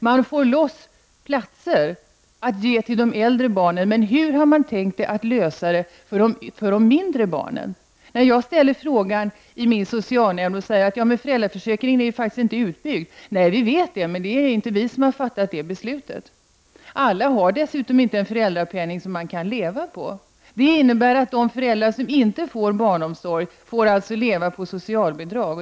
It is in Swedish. Man får loss platser att ge till de äldre barnen, men hur har man tänkt sig lösningen för de mindre barnen? När jag ställde den frågan i min socialnämnd och hänvisade till att föräldraförsäkringen faktiskt inte är utbyggd fick jag till svar: Nej, vi vet det, men det är inte vi som har fattat det beslutet. Alla har dessutom inte en föräldrapenning som man kan leva på. Det innebär att de föräldrar som inte får barnomsorg måste leva på socialbidrag.